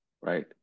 right